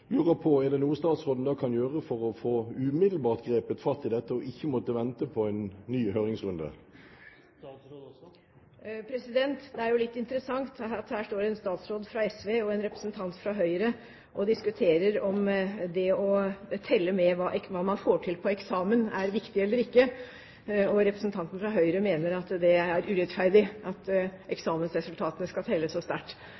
på: Er det noe statsråden kan gjøre for å få umiddelbart grepet fatt i dette, slik at vi ikke skal måtte vente på en ny høringsrunde? Det er litt interessant at her står det en statsråd fra SV og en representant fra Høyre og diskuterer om det å telle med hva man får til på eksamen, er viktig eller ikke, og representanten fra Høyre mener at det er urettferdig at eksamensresultatene skal telle så sterkt.